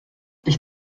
ich